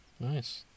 Nice